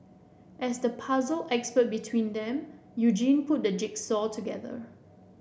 as the puzzle expert between them Eugene put the jigsaw together